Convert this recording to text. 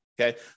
Okay